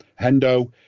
Hendo